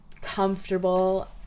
comfortable